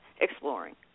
exploring